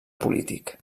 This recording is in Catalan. polític